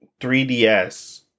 3DS